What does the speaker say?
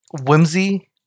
whimsy